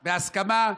בהסכמה,